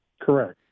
Correct